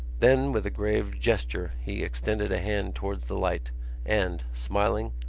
then with a grave gesture he extended a hand towards the light and, smiling,